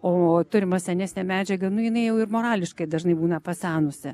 o turimą senesnę medžiagą nu jinai jau ir morališkai dažnai būna pasenusi